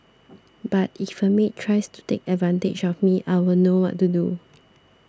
but if a maid tries to take advantage of me I'll know what to do